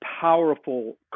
powerful